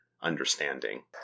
understanding